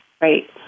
right